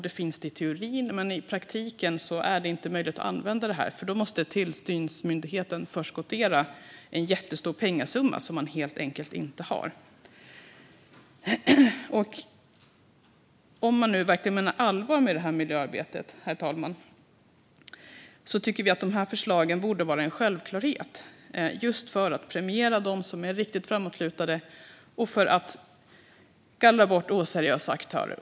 Det finns i teorin, men i praktiken är det inte möjligt att använda dem. Då måste tillsynsmyndigheten förskottera en stor pengasumma som man helt enkelt inte har. Om man menar allvar med miljöarbetet, herr talman, tycker vi att förslagen borde vara en självklarhet, just för att premiera dem som är framåtlutade och för att gallra bort oseriösa aktörer.